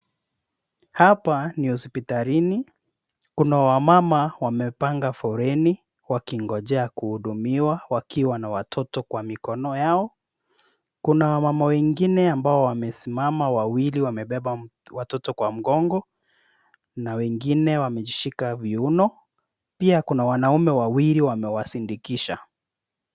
Hapa ni hospitalini, kuna wamama wamepanga foleni wakingojea kuhudumiwa wakiwa na watoto kwa mikono yao. Kuna wamama wengine ambao wamesimama, wawili wamebeba watoto kwa mgongo na wengine wamejishika viuno. Pia kuna wanaume wawili wamewasindikisha.